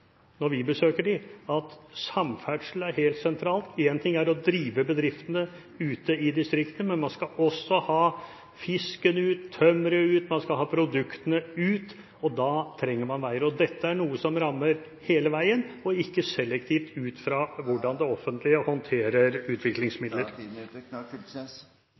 når vi besøker dem – at samferdsel er helt sentralt. Én ting er å drive bedriftene ute i distriktene, men man skal også ha fisken ut, ha tømmeret ut – man skal ha produktene ut – og da trenger man veier. Dette er noe som rammer hele tiden, og ikke selektivt, ut fra hvordan det offentlige håndterer